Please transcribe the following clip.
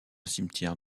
cimetière